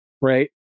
Right